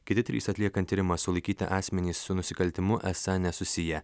kiti trys atliekant tyrimą sulaikyti asmenys su nusikaltimu esą nesusiję